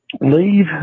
Leave